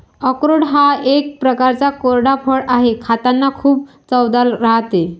अक्रोड हा एक प्रकारचा कोरडा फळ आहे, खातांना खूप चवदार राहते